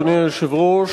אדוני היושב-ראש,